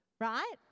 right